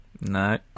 no